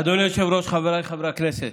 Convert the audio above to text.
אדוני היושב-ראש, חבריי חברי הכנסת,